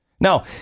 Now